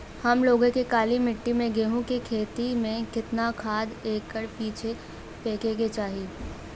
हम लोग के काली मिट्टी में गेहूँ के खेती में कितना खाद एकड़ पीछे फेके के चाही?